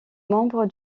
membre